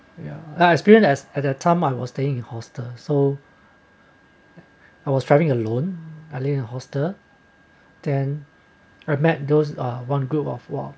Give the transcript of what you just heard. ya I experience as at that time I was staying in hostel so I was driving alone I live in a hostel then I met those are one group of